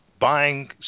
buying